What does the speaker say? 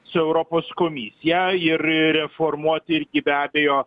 su europos komisija ir reformuoti irgi be abejo